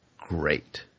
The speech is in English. great